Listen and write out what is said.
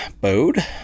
bowed